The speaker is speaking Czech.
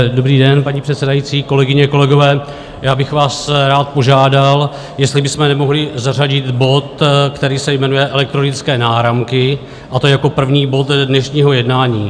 Dobrý den, paní předsedající, kolegyně, kolegové, já bych vás rád požádal, jestli bychom nemohli zařadit bod, který se jmenuje Elektronické náramky, a to jako první bod dnešního jednání.